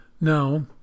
Now